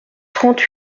trente